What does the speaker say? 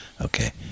okay